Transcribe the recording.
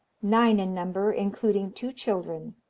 nine in number, including two children,